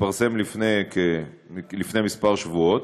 שהתפרסם לפני כמה שבועות,